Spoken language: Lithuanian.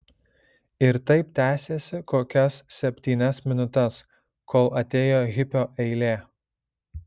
ir taip tęsėsi kokias septynias minutes kol atėjo hipio eilė